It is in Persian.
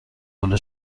والا